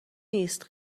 نیست